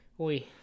Oi